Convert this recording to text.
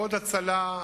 עוד הצלה.